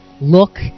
look